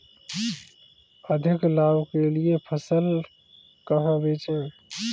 अधिक लाभ के लिए फसल कहाँ बेचें?